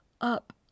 up